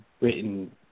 written